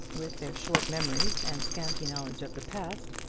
with their short memories and scanty knowledge of the past,